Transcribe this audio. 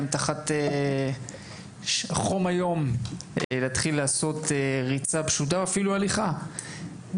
בחום היום ולעשות ריצה פשוטה ואפילו הליכה.